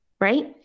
right